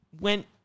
went